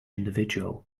individual